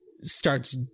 starts